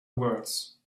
words